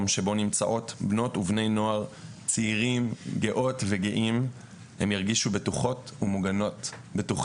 שבו נמצאים בנות ובני נוער צעירים גאות וגאים הם ירגישו בטוחים ומוגנים.